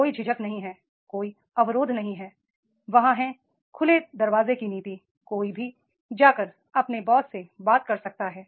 कोई झिझक नहीं है कोई अवरोध नहीं है वहाँ है खुले दरवाजा की नीति कोई भी जाकर अपने बॉस से बात कर सकता है